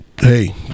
hey